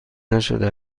نشده